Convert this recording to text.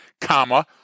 comma